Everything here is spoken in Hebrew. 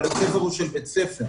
אבל הספר הוא של בית הספר.